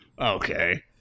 okay